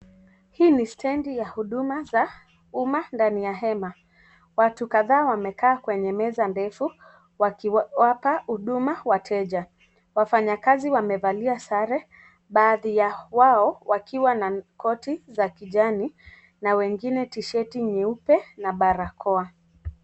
Hii ni stendi ya huduma za umma ndani ya hema. Watu kadhaa wamekaa kwenye meza ndefu wakiwapa huduma wateja. Wafanyakazi wamevalia sare, baadhi yao wakiwa na koti za kijani na wengine t-shirt nyeupe na barakoa.